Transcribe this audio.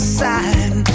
side